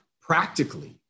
practically